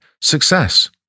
success